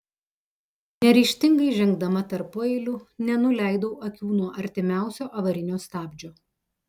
neryžtingai žengdama tarpueiliu nenuleidau akių nuo artimiausio avarinio stabdžio